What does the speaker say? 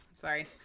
Sorry